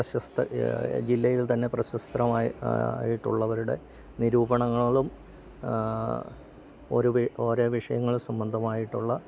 പ്രശസ്ത ജില്ലയിൽ തന്നെ പ്രശസ്തരമായി ആയിട്ടുള്ളവരുടെ നിരൂപണങ്ങളും ഓരേ വിഷയങ്ങൾ സംബന്ധമായിട്ടുള്ള